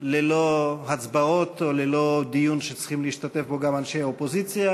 ללא הצבעות או ללא דיון שצריכים להשתתף בו גם אנשי האופוזיציה,